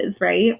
right